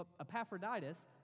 Epaphroditus